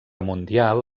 mundial